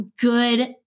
good